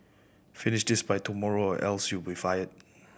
finish this by tomorrow or else you'll be fired